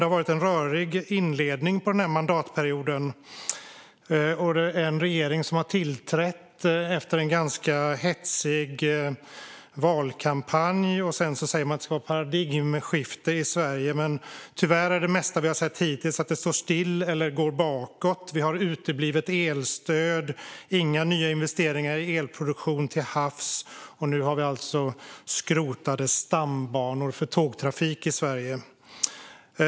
Det har varit en rörig inledning på mandatperioden med en regering som har tillträtt efter en ganska hetsig valkampanj och som säger att det ska ske ett paradigmskifte i Sverige. Men tyvärr har vi hittills sett att det mesta står still eller går bakåt. Vi har uteblivet elstöd, inga nya investeringar i elproduktion till havs - och nu har vi alltså skrotade stambanor för tågtrafik i Sverige.